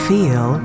Feel